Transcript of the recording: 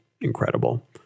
incredible